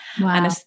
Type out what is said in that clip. Wow